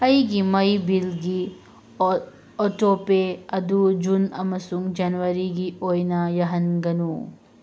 ꯑꯩꯒꯤ ꯃꯩ ꯕꯤꯜꯒꯤ ꯑꯣꯇꯣ ꯄꯦ ꯑꯗꯨ ꯖꯨꯟ ꯑꯃꯁꯨꯡ ꯖꯅꯋꯥꯔꯤꯒꯤ ꯑꯣꯏꯅ ꯌꯥꯍꯟꯒꯅꯨ